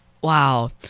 Wow